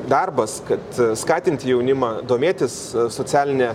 darbas kad skatinti jaunimą domėtis socialine